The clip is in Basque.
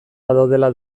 badaudela